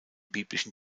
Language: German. biblischen